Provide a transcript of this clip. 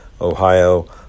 ohio